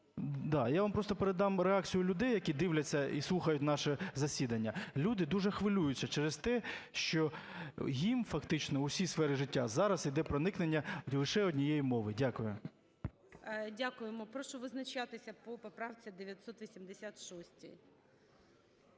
Я вам просто передам реакцію людей, які дивляться і слухають наше засідання. Люди дуже хвилюються через те, що їм фактично в усі сфери життя зараз йде проникнення лише однієї мови. Дякую. ГОЛОВУЮЧИЙ. Дякуємо. Прошу визначатися по поправці 986.